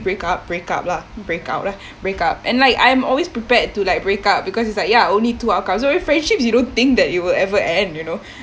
break out break up lah break out lah break up and like I'm always prepared to like break up because it's like ya only two outcomes so with friendships you don't think that it will ever end you know